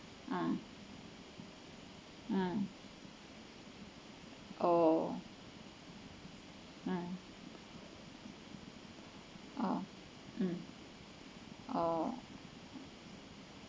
ah mm oh mm oh mm oh